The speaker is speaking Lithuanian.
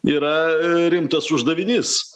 yra rimtas uždavinys